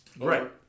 Right